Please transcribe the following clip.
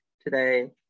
today